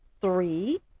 three